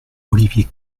olivier